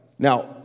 Now